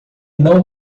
não